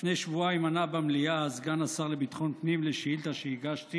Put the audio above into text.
לפני שבועיים ענה במליאה סגן השר לביטחון פנים על השאילתה שהגשתי